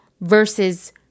versus